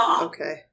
Okay